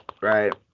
right